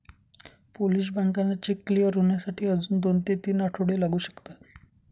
Polish बँकांना cheque clear होण्यासाठी अजून दोन ते तीन आठवडे लागू शकतात